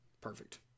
Perfect